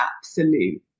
absolute